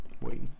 Wait